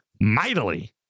mightily